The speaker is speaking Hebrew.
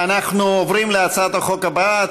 אנחנו עוברים להצעת החוק הבאה,